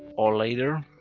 or later.